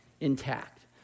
intact